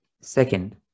Second